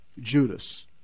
Judas